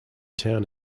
town